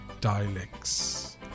dialects